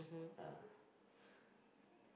ya